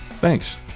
Thanks